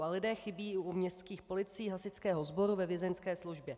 A lidé chybí i u městských policií, hasičského sboru, ve vězeňské službě.